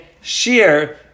share